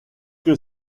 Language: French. que